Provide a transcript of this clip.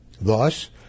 Thus